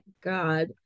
God